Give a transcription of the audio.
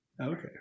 Okay